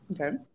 Okay